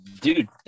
dude